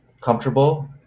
comfortable